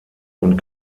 und